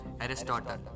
Aristotle